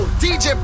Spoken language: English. dj